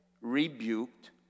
rebuked